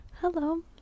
Hello